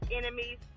enemies